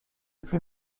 plus